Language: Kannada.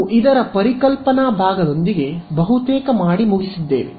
ನಾವು ಇದರ ಪರಿಕಲ್ಪನಾ ಭಾಗದೊಂದಿಗೆ ಬಹುತೇಕ ಮಾಡಿ ಮುಗಿಸಿದ್ದೇವೆ